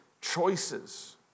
choices